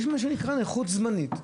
יש מה שנקרא נכות זמנית.